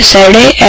Saturday